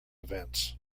events